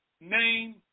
name